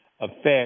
affect